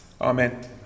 Amen